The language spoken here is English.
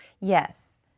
Yes